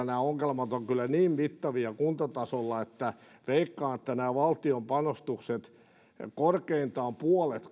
nämä ongelmat ovat kyllä niin mittavia kuntatasolla että veikkaan että nämä valtion panostukset korvaavat korkeintaan puolet